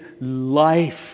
life